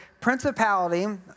principality